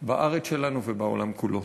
בארץ שלנו ובעולם כולו.